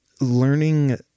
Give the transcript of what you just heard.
learning